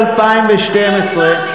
אני לא דיברתי כשלא ידעתי.